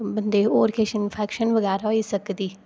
बंदे गी होर किश नेईं इंफैक्शन बगैरा होई सकदी